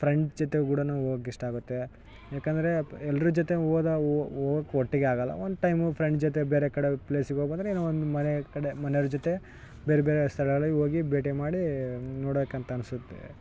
friend ಜೊತೆ ಕೂಡ ನಾವು ಹೋಗಾಕ್ ಇಷ್ಟಾಗುತ್ತೆ ಯಾಕಂದರೆ ಪ್ ಎಲ್ರ ಜೊತೆ ಹೋದಾವು ಹೋಗಾಕ್ ಒಟ್ಟಿಗೆ ಆಗೋಲ್ಲ ಒಂದು ಟೈಮು ಫ್ರೆಂಡ್ ಜೊತೆ ಬೇರೆ ಕಡೆ ಪ್ಲೇಸಿಗೆ ಹೋಗಿ ಬಂದರೆ ಏನೋ ಒಂದು ಮನೆ ಕಡೆ ಮನೇಯವ್ರ್ ಜೊತೆ ಬೇರೆ ಬೇರೆ ಸ್ಥಳಗಳಿಗ್ ಹೋಗಿ ಭೇಟಿ ಮಾಡೀ ನೋಡೋಕ್ ಅಂತ ಅನಿಸುತ್ತೆ